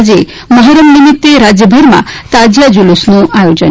આજે મહોરમ નિમિત્તે રાજ્યભરમાં તાજિયા જુલુસનું આયોજન